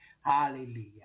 Hallelujah